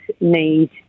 need